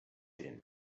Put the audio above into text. din